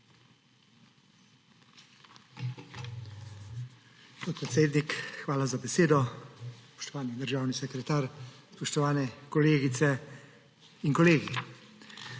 hvala za besedo. Spoštovani državni sekretar, spoštovane kolegice in kolegi!